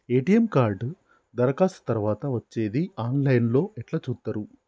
ATM card దరఖాస్తు తరువాత వచ్చేది ఆన్ లైన్ లో ఎట్ల చూత్తరు?